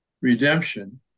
redemption